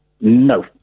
No